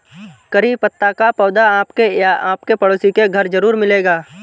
करी पत्ता का पौधा आपके या आपके पड़ोसी के घर ज़रूर मिलेगा